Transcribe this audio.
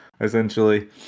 essentially